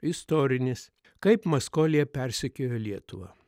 istorinis kaip maskolija persekiojo lietuvą